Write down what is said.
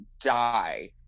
die